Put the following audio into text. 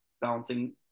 balancing